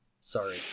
Sorry